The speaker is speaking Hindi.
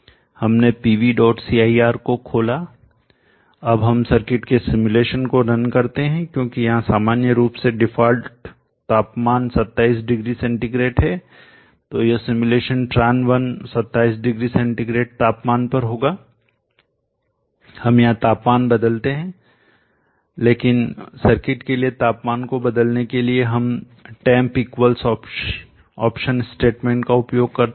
हमने pvcir को खोला अब हम सर्किट के सिमुलेशन को रन करते हैं क्योंकि यहां सामान्य रूप से डिफ़ॉल्ट तापमान 27 डिग्री सेंटीग्रेड है तो यह सिमुलेशन tran1 27 डिग्री सेंटीग्रेड तापमान पर होगा हम यहां तापमान बदलते हैं लेकिन सर्किट के लिए तापमान को बदलने के लिए हम temp equals temp equal option statement का उपयोग कर रहे हैं